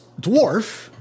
dwarf